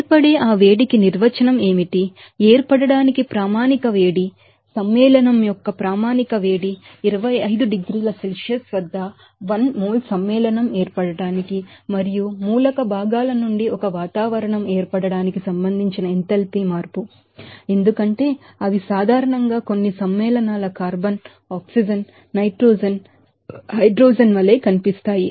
ఏర్పడే ఆ వేడికి నిర్వచనం ఏమిటి ఏర్పడటానికి స్టాండర్డ్ హీట్కాంపౌండ్ యొక్క స్టాండర్డ్ హీట్ 25 డిగ్రీల సెల్సియస్ వద్ద 1 మోల్ సమ్మేళనం ఏర్పడటానికి మరియు దాని ఎలెమెంటల్ కాన్స్టిట్యూయెంట్స్ నుండి 1 వాతావరణం ఏర్పడటానికి సంబంధించిన ఎంథాల్పీ మార్పు ఎందుకంటే అవి సాధారణంగా కొన్ని సమ్మేళనాల కార్బన్ ఆక్సిజన్ నైట్రోజన్ హైడ్రోజన్ వలె కనిపిస్తాయి